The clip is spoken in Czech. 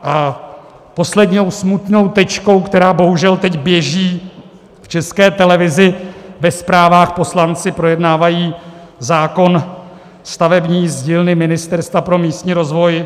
A poslední smutnou tečkou, která bohužel teď běží v České televizi ve zprávách: poslanci projednávají stavební zákon z dílny Ministerstva pro místní rozvoj.